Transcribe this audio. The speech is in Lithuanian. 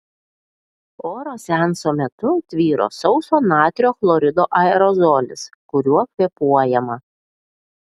oro seanso metu tvyro sauso natrio chlorido aerozolis kuriuo kvėpuojama